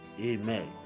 amen